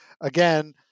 Again